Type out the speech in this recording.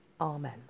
Amen